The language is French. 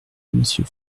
monsieur